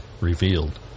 revealed